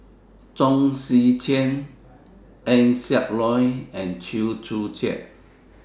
Chong Tze Chien Eng Siak Loy and Chew Joo Chiat